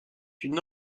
une